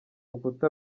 rukuta